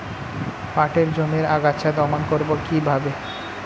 পাটের জমির আগাছা দমন করবো কিভাবে?